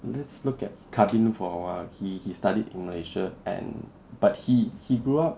let's look at kah bin for awhile he he studied in malaysia and but he he grew up